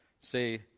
Say